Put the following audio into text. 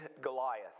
Goliath